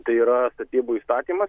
tai yra statybų įstatymas